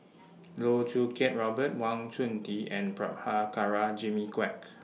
Loh Choo Kiat Robert Wang Chunde and Prabhakara Jimmy Quek